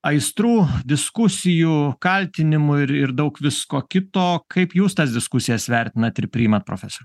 aistrų diskusijų kaltinimų ir ir daug visko kito kaip jūs tas diskusijas vertinat ir priimat profesoriau